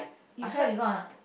you try before ah